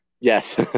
Yes